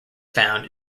found